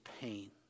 pain